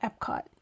Epcot